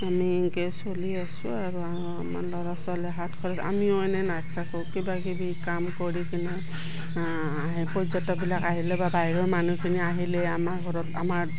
আমি এনেকৈ চলি আছোঁ আৰু আমাৰ ল'ৰা ছোৱালীয়ে হাত খৰচ আমিও এনে নাথাকো কিবা কিবি কাম কৰি কিনে আহে পৰ্যটকবিলাক আহিলে বা বাহিৰৰ মানুহখিনি আহিলেই আমাৰ ঘৰত আমাৰ